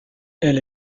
elle